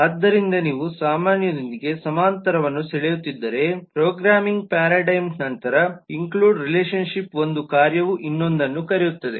ಆದ್ದರಿಂದ ನೀವು ಸಾಮಾನ್ಯದೊಂದಿಗೆ ಸಮಾನಾಂತರವನ್ನು ಸೆಳೆಯುತ್ತಿದ್ದರೆ ಪ್ರೋಗ್ರಾಮಿಂಗ್ ಪರಡಿಗ್ಮ್ ನಂತರ ಇನ್ಕ್ಲ್ಯೂಡ್ ರಿಲೇಶನ್ಶಿಪ್ ಒಂದು ಕಾರ್ಯವನ್ನು ಇನ್ನೊಂದನ್ನು ಕರೆಯುತ್ತದೆ